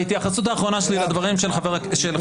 ההתייחסות האחרונה שלי היא לדברים של חבר